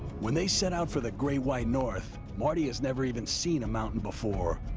when they set out for the great white north, marty has never even seen a mountain before.